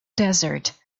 desert